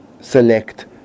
select